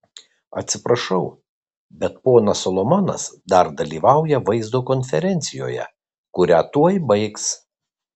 atsiprašau bet ponas solomonas dar dalyvauja vaizdo konferencijoje kurią tuoj baigs